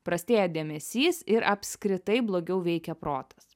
prastėja dėmesys ir apskritai blogiau veikia protas